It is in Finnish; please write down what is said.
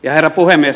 herra puhemies